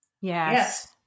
Yes